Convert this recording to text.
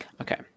Okay